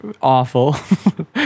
awful